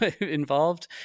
involved